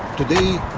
today